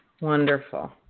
Wonderful